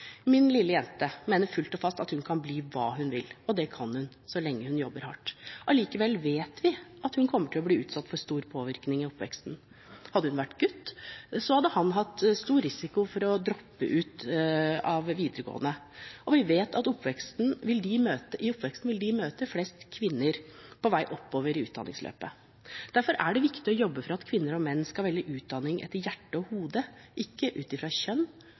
Min lille jente mener fullt og fast at hun kan bli hva hun vil – og det kan hun, så lenge hun jobber hardt. Allikevel vet vi at hun kommer til å bli utsatt for stor påvirkning i oppveksten. Hadde hun vært gutt, hadde hun hatt stor risiko for å droppe ut av videregående. Og vi vet at i oppveksten vil en møte flest kvinner på vei oppover i utdanningsløpet. Derfor er det viktig å jobbe for at kvinner og menn skal velge utdanning etter hjertet og hodet, ikke ut fra kjønn